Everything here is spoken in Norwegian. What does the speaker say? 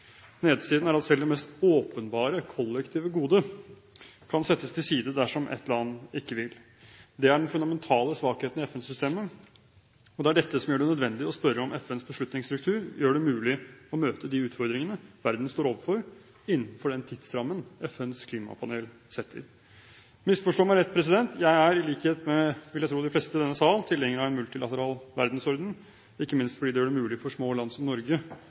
Nedsiden er at selv det mest åpenbare, kollektive gode kan settes til side dersom et land ikke vil. Det er den fundamentale svakheten i FN-systemet, og det er dette som gjør det nødvendig å spørre om FNs beslutningsstruktur gjør det mulig å møte de utfordringene verden står overfor, innenfor den tidsrammen FNs klimapanel setter. Misforstå meg rett: Jeg er i likhet med, vil jeg tro, de fleste i denne sal tilhenger av en multilateral verdensorden, ikke minst fordi det gjør det mulig for små land som Norge